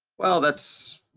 well, that's